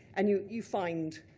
and you you find